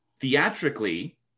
Theatrically